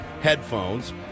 headphones